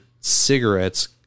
Cigarettes